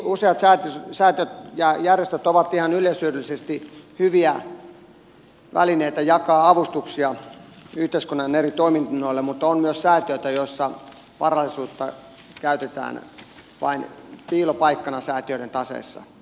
toki useat säätiöt ja järjestöt ovat ihan yleishyödyllisesti hyviä välineitä jakaa avustuksia yhteiskunnan eri toiminnoille mutta on myös säätiöitä joissa varallisuutta käytetään vain piilopaikkana säätiöiden taseissa